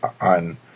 on